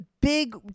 Big